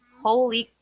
holy